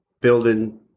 building